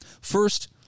First